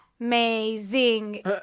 Amazing